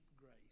grace